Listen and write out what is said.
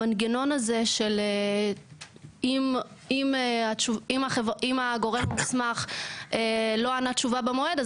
המנגנון הזה שאם הגורם המוסמך לא ענה במועד,